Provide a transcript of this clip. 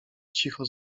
cicho